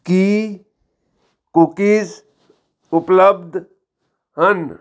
ਕੀ cookies ਉਪਲੱਬਧ ਹਨ